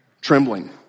trembling